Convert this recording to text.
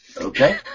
Okay